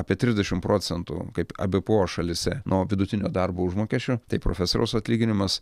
apie trisdešimt procentų kaip ebpo šalyse nuo vidutinio darbo užmokesčio tai profesoriaus atlyginimas